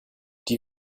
die